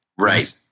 Right